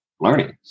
learning